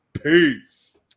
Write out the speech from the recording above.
Peace